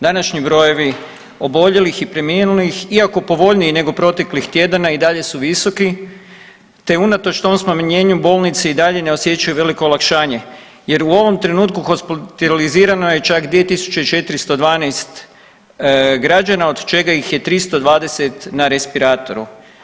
Današnji brojevi oboljelih i preminulih iako povoljniji nego proteklih tjedana i dalje su visoki, te unatoč tom smanjenju bolnice i dalje ne osjećaju veliko olakšanje jer u ovom trenutku hospitalizirano je čak 2.412 građana, od čega ih je 320 na respiratoru.